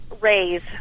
raise